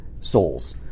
souls